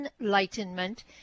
enlightenment